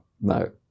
No